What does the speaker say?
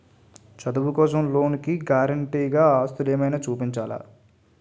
చదువు కోసం లోన్ కి గారంటే గా ఆస్తులు ఏమైనా చూపించాలా?